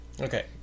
Okay